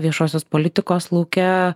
viešosios politikos lauke